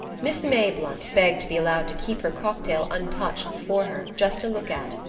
miss mayblunt begged to be allowed to keep her cocktail untouched before her, just to look at.